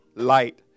light